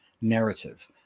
narrative